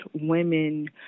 women